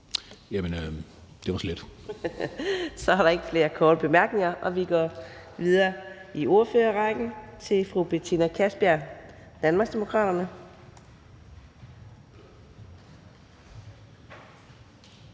(Karina Adsbøl): Så er der ikke flere korte bemærkninger, og vi går videre i ordførerrækken til fru Betina Kastbjerg, Danmarksdemokraterne.